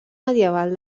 medieval